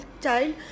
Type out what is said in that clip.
child